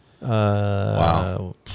Wow